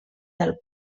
del